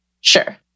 sure